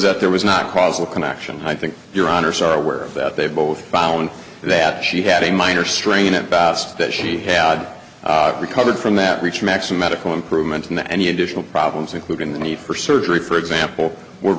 that there was not causal connection i think your honour's are aware of that they both found that she had a minor strain at bast that she had recovered from that reach maxon medical improvement in the any additional problems including the need for surgery for example were